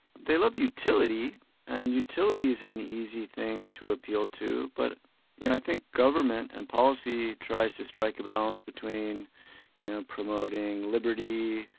they love utility and utility is an easy thing to appeal to, but you know i think government and policy tries to strike a balance between yeah promoting liberty,